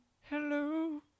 hello